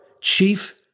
chief